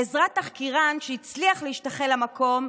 בעזרת תחקירן שהצליח להשתחל למקום,